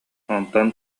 онтон